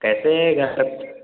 कैसे हैं घर पर